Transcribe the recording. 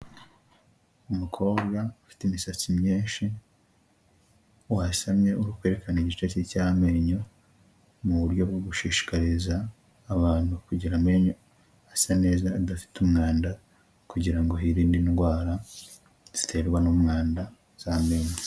Umukobwa ufite imisatsi myinshi, wasamye uri kwerekana igice cye cy'amenyo, mu buryo bwo gushishikariza abantu kugira amenyo asa neza, adafite umwanda kugira ngo hirindwe indwara ziterwa n'umwanda z'amenyo.